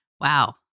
Wow